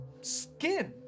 skin